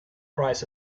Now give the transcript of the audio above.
prize